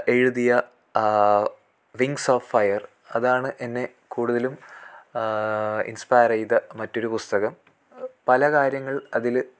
എഴുതിയ wings of fire അതാണ് എന്നെ കൂടുതലും ഇൻസ്പയർ ചെയ്ത മറ്റൊരു പുസ്തകം പല കാര്യങ്ങൾ അതിൽ